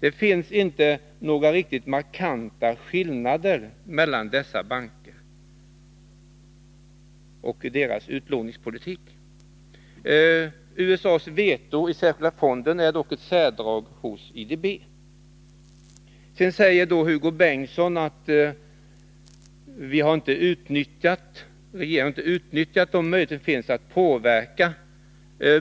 Det finns inte några riktigt markanta skillnader mellan dessa bankers utlåningspolitik. USA:s veto i Särskilda fonden är dock ett särdrag för IDB. Hugo Bengtsson säger att regeringen inte har utnyttjat de möjligheter som finns att påverka